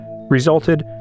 resulted